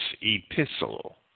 epistle